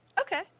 Okay